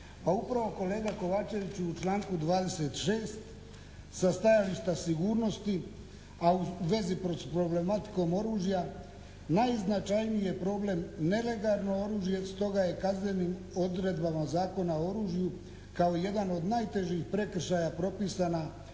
Pa upravo kolega Kovačeviću u članku 26. sa stajališta sigurnosti, a u vezi s problematikom oružja najznačajniji je problem nelegalno oružje stoga je kaznenim odredbama Zakona o oružju kao jedan od najtežih prekršaja propisana